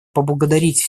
поблагодарить